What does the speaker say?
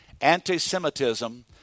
Anti-Semitism